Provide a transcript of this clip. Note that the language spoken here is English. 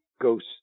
ghost –